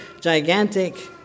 gigantic